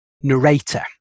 narrator